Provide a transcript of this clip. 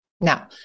Now